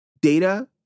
Data